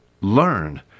learn